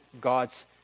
God's